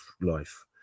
life